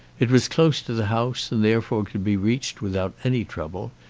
it was close to the house and therefore could be reached without any trouble,